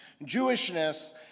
Jewishness